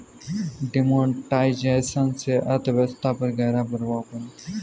demonetisation से अर्थव्यवस्था पर ग़हरा प्रभाव पड़ा